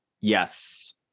Yes